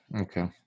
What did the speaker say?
Okay